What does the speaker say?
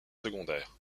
secondaires